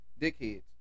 dickheads